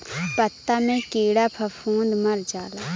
पत्ता मे कीड़ा फफूंद मर जाला